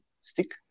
stick